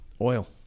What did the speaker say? oil